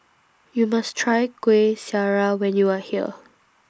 YOU must Try Kuih Syara when YOU Are here